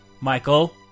michael